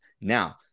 Now